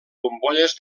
bombolles